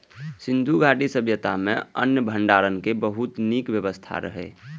सिंधु घाटी सभ्यता मे अन्न भंडारण के बहुत नीक व्यवस्था रहै